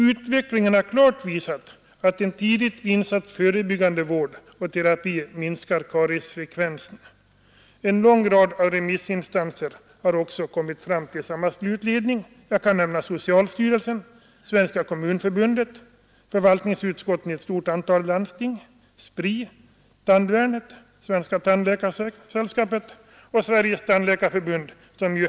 Utvecklingen har klart visat att en tidigt insatt förebyggande vård och terapi minskar kariesfrekvensen.” En lång rad av remissinstanser har också kommit fram till samma slutledning. Jag kan nämna socialstyrelsen, Svenska kommunförbundet, förvaltningsutskotten i ett stort antal landsting, SPRI, Tandvärnet, Svenska tandläkaresällskapet och Sveriges tandläkarförbund.